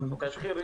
תתחיל.